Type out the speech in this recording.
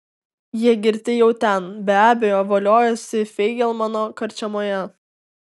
jie girti jau ten be abejo voliojasi feigelmano karčiamoje